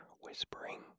whispering